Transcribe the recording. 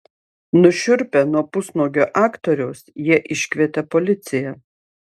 nušiurpę nuo pusnuogio aktoriaus jie iškvietė policiją